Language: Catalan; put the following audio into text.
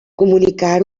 comunicar